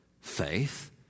faith